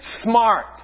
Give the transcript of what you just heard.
smart